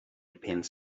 pins